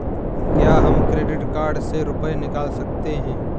क्या हम credit card से रुपये निकाल सकते हैं?